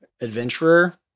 adventurer